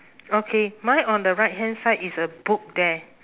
okay mine on the right hand side is a book there